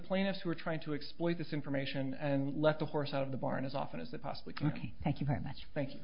plaintiffs were trying to exploit this information and let the horse out of the barn as often as they possibly can ok thank you very much